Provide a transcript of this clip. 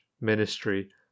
ministry